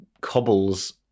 cobbles